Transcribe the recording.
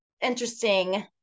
interesting